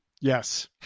Yes